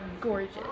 gorgeous